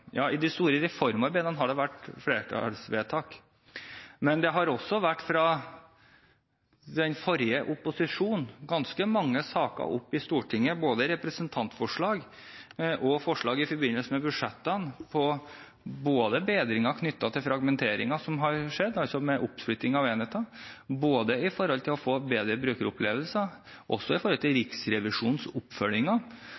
Ja, i de store reformarbeidene har det vært enstemmige vedtak, men det har også fra den forrige opposisjonen vært ganske mange saker oppe i Stortinget, både representantforslag og forslag i forbindelse med budsjettene til både bedringer knyttet til fragmenteringen som har skjedd, med oppsplittingen av enheter, og når det gjelder å få bedre brukeropplevelser.